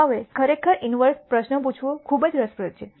હવે ખરેખર ઇન્વર્સ પ્રશ્ન પૂછવું ખૂબ જ રસપ્રદ છે